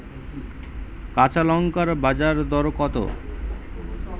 কাঁচা লঙ্কার বাজার দর কত?